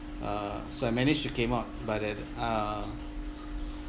uh so I managed to came out but that uh